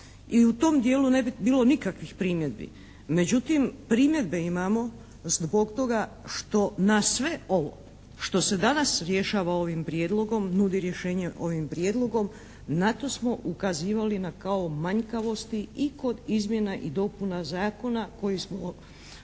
i u tom dijelu ne bi bilo nikakvih primjedbi. Međutim primjedbe imamo zbog toga što na sve ovo što se danas rješava ovim prijedlogom nudi rješenje ovim prijedlogom na to smo ukazivali na kao manjkavosti i kod izmjena i dopuna zakona koji smo